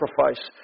sacrifice